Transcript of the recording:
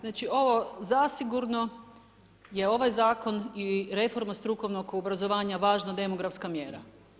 Znači ovo zasigurno je ovaj zakon i reforma strukovnog obrazovanja važna demografska mjera.